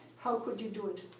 how could you do it.